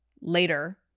later